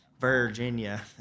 Virginia